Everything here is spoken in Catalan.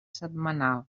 setmanal